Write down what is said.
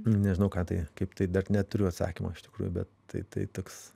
nežinau ką tai kaip tai dar neturiu atsakymo iš tikrųjų tai tai toks